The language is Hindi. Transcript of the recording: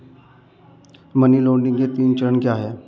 मनी लॉन्ड्रिंग के तीन चरण क्या हैं?